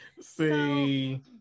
See